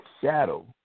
shadow